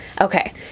Okay